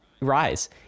rise